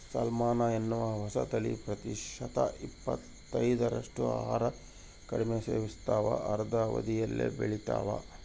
salmon ಎನ್ನುವ ಹೊಸತಳಿ ಪ್ರತಿಶತ ಇಪ್ಪತ್ತೈದರಷ್ಟು ಆಹಾರ ಕಡಿಮೆ ಸೇವಿಸ್ತಾವ ಅರ್ಧ ಅವಧಿಯಲ್ಲೇ ಬೆಳಿತಾವ